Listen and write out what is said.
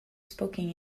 spoken